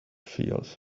field